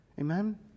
Amen